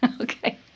Okay